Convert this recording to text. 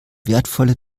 wertvolle